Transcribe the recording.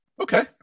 okay